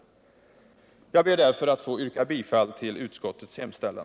Prospekteringen Jag ber därför att få yrka bifall till utskottets hemställan.